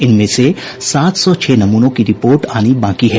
इनमें से सात सौ छह नमूनों की रिपोर्ट आनी बाकी है